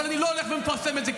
אבל אני לא הולך ומפרסם את זה,